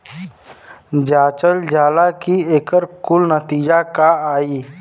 जांचल जाला कि एकर कुल नतीजा का आई